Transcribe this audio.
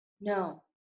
no